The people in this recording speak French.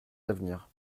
d’avenir